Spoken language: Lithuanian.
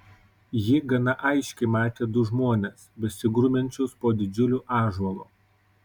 ji gana aiškiai matė du žmones besigrumiančius po didžiuliu ąžuolu